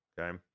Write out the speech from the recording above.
okay